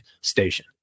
station